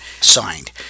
signed